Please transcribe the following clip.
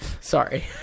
Sorry